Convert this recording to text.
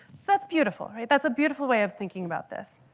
that's beautiful right? that's a beautiful way of thinking about this.